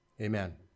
Amen